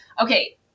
okay